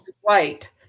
White